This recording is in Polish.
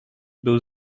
był